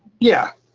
yeah.